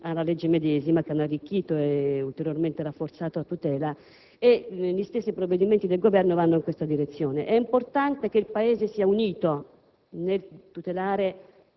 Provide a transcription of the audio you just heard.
alla legge medesima, che hanno arricchito e ulteriormente rafforzato la tutela dei minori. Gli stessi provvedimenti del Governo vanno in questa direzione. È importante che il Paese sia unito nel tutelare